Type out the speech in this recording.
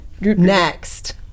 next